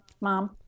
Mom